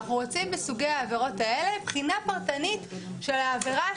אנחנו רוצים בסוגי העבירות האלה בחינה פרטנית של העבירה,